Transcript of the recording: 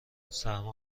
سرما